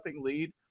lead